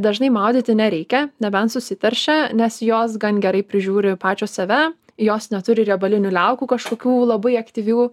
dažnai maudyti nereikia nebent susiteršia nes jos gan gerai prižiūri pačios save jos neturi riebalinių liaukų kažkokių labai aktyvių